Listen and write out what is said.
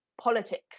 politics